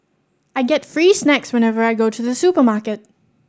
I get free snacks whenever I go to the supermarket